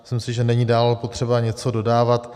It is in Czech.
Myslím si, že není dále potřeba něco dodávat.